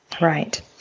Right